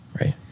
right